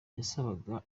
yasabaga